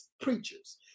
preachers